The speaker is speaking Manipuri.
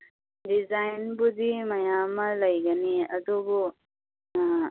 ꯗꯤꯖꯥꯏꯟꯕꯨꯗꯤ ꯃꯌꯥꯝ ꯑꯃ ꯂꯩꯒꯅꯤ ꯑꯗꯨꯕꯨ